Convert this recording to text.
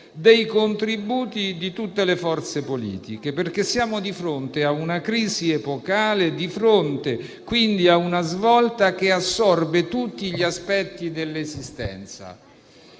dei contributi di tutte le forze politiche. Siamo infatti di fronte ad una crisi epocale e quindi ad una svolta che assorbe tutti gli aspetti dell'esistenza.